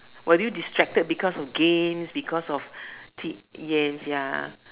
were you distracted because of gains because of T yens ya